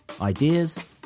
Ideas